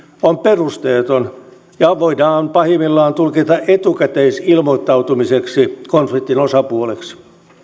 on perusteeton ja voidaan pahimmillaan tulkita etukäteisilmoittautumiseksi konfliktin osapuoleksi